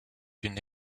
une